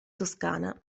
toscana